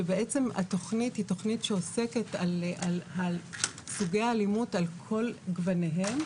שבעצם התכנית היא תכנית שעוסקת על סוגי האלימות על כל גווניהם,